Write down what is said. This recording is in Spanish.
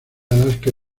alaska